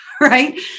right